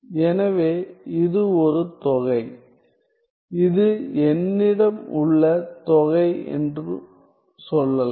எனவே இது ஒரு தொகை இது என்னிடம் உள்ள தொகை என்று சொல்லலாம்